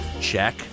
check